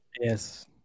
Yes